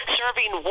serving